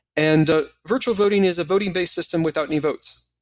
and ah virtual voting is a voting based system without any votes.